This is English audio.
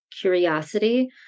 curiosity